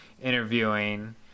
interviewing